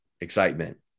excitement